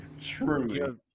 true